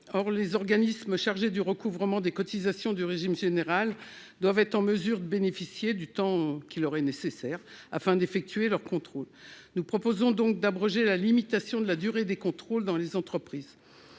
Or les organismes chargés du recouvrement des cotisations du régime général doivent être en mesure de bénéficier du temps nécessaire pour effectuer leurs contrôles. Nous proposons donc d'abroger la limitation de la durée des contrôles dans les entreprises.